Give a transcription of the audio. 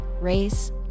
race